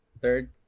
third